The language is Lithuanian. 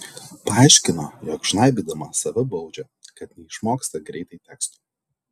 paaiškino jog žnaibydama save baudžia kad neišmoksta greitai teksto